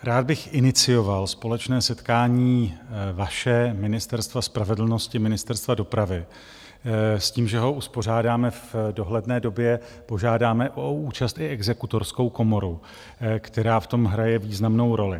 Rád bych inicioval společné setkání vaše, Ministerstva spravedlnosti a Ministerstva dopravy s tím, že ho uspořádáme v dohledné době a požádáme o účast i Exekutorskou komoru, která v tom hraje významnou roli.